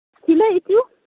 ᱥᱤᱞᱟᱹᱭ ᱦᱚᱪᱚ